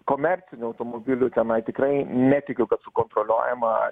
komercinių automobilių tenai tikrai netikiu kad sukontroliuojama